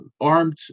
armed